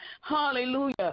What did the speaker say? hallelujah